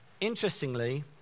interestingly